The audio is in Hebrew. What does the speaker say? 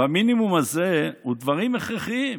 והמינימום הזה הוא דברים הכרחיים.